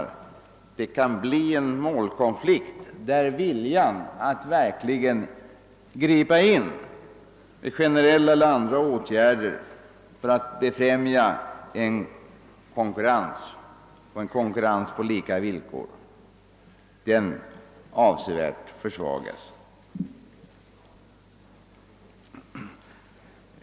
Det kan uppstå en målkonflikt som gör att viljan att verkligen gripa in med generella eller andra åtgärder för att befrämja konkurrens på lika villkor avsevärt försvagas. Detta problem kan man inte bortse från, även om herr Wickman försöker dölja det. Denna sak har jag mer än en gång tagit upp här i kammaren.